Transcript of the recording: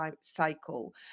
cycle